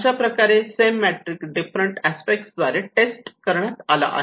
अशाप्रकारे same matrix different aspect द्वारे test करण्यात आला आहे